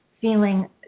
feeling